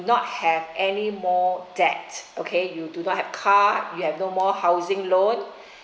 not have any more that okay you do not have car you have no more housing loan